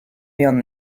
beyond